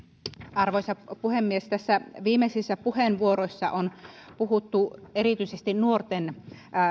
arvoisa puhemies viimeisissä puheenvuoroissa on puhuttu erityisesti nuorten